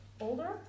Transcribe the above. older